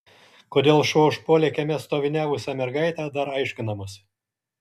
kodėl šuo užpuolė kieme stoviniavusią mergaitę dar aiškinamasi